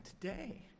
today